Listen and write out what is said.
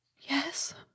yes